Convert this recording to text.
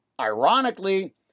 ironically